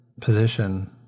position